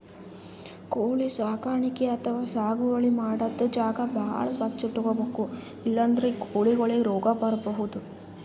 ಕೋಳಿ ಸಾಕಾಣಿಕೆ ಅಥವಾ ಸಾಗುವಳಿ ಮಾಡದ್ದ್ ಜಾಗ ಭಾಳ್ ಸ್ವಚ್ಚ್ ಇಟ್ಕೊಬೇಕ್ ಇಲ್ಲಂದ್ರ ಕೋಳಿಗೊಳಿಗ್ ರೋಗ್ ಬರ್ಬಹುದ್